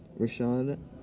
Rashad